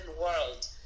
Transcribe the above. world